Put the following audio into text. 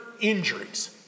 injuries